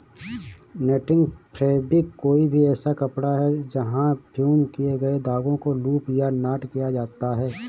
netting fabric कोई भी ऐसा कपड़ा है जहाँ फ़्यूज़ किए गए धागों को लूप या नॉट किया जाता है